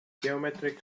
geometric